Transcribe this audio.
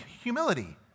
humility